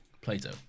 Plato